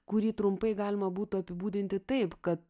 kurį trumpai galima būtų apibūdinti taip kad